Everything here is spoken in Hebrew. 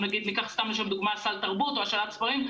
למשל סל תרבות או השאלת ספרים,